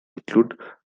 include